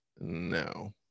No